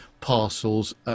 parcels